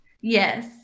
yes